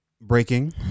breaking